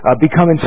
become